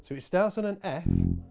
so it starts on an f.